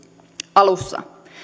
alussa